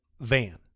van